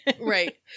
Right